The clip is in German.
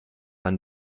man